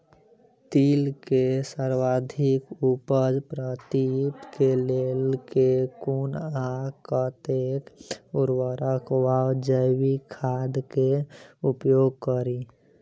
तिल केँ सर्वाधिक उपज प्राप्ति केँ लेल केँ कुन आ कतेक उर्वरक वा जैविक खाद केँ उपयोग करि?